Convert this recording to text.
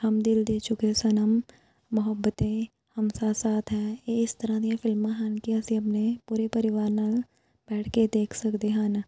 ਹਮ ਦਿਲ ਦੇ ਚੁਕੇ ਸਨਮ ਮੁਹੱਬਤੇ ਹਮ ਸਾਥ ਸਾਥ ਹੈ ਇਸ ਤਰ੍ਹਾਂ ਦੀਆਂ ਫਿਲਮਾਂ ਹਨ ਕਿ ਅਸੀਂ ਆਪਣੇ ਪੂਰੇ ਪਰਿਵਾਰ ਨਾਲ ਬੈਠ ਕੇ ਦੇਖ ਸਕਦੇ ਹਨ